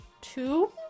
Two